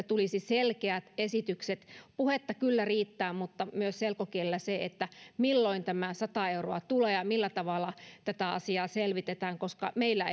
tulisi selkeät esitykset puhetta kyllä riittää mutta tulisi sanoa myös selkokielellä se milloin tämä sata euroa tulee ja millä tavalla tätä asiaa selvitetään meillä